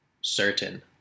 certain